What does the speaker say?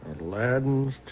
Aladdin's